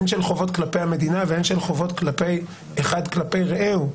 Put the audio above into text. הן של חובות כלפי המדינה והן של חובות של אחד כלפי רעהו,